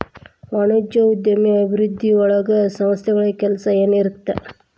ವಾಣಿಜ್ಯೋದ್ಯಮ ಅಭಿವೃದ್ಧಿಯೊಳಗ ಸಂಸ್ಥೆಗಳ ಕೆಲ್ಸ ಏನಿರತ್ತ